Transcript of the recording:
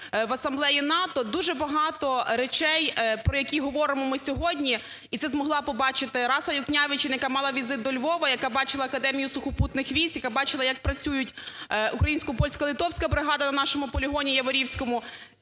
в Асамблеї НАТО дуже багато речей, про які говоримо ми сьогодні, і це змогла побачити Раса Юкнявічене, яка мала візит до Львова, яка бачила Академію сухопутних військ, яка бачила, як працює Українсько-польсько-литовська бригада на нашому полігоні Яворівському.